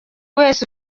wese